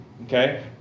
Okay